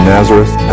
Nazareth